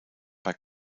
bei